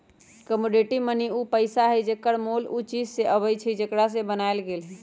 commodity money उ पइसा हइ जेकर मोल उ चीज से अबइ छइ जेकरा से बनायल गेल हइ